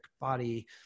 body